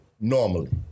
normally